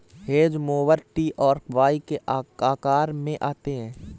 hedge mower T और Y के आकार में आते हैं